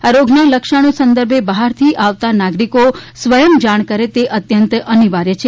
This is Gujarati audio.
આ રોગના લક્ષણો સંદર્ભે બહારથી આવતા નાગરિકો સ્વયં જાણ કરે તે અત્યંત અનિવાર્ય છે